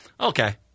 okay